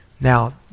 Now